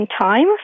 time